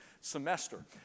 semester